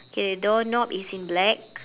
okay doorknob is in black